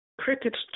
Crickets